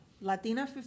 Latina